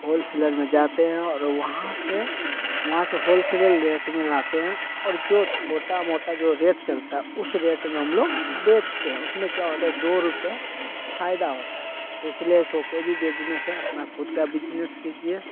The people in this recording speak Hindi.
होलसेलर में जाते हैं और वहाँ से वहाँ से होलसेलर रेट में लाते हैं और जो छोटा मोटा जो रेट चलता है उस रेट में हम लोग बेचते हैं उसमें क्या होता है दो रुपये फायदा होता है इसलिए उसको कोई भी बिजनेस है अपना खुद का बिजनेस कीजिए